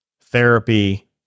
therapy